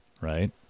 right